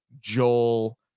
joel